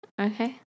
Okay